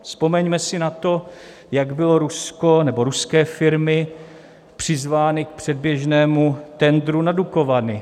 Vzpomeňme si na to, jak bylo Rusko nebo ruské firmy přizvány k předběžnému tendru na Dukovany.